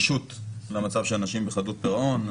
הרגישות למצב של אנשים בחדלות פירעון.